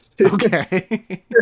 Okay